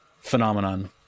phenomenon